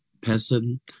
person